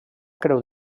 creu